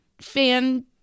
fan